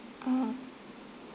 oh